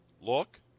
look